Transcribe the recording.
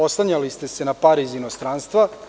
Oslanjali ste se na pare iz inostranstva.